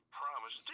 promise